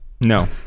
no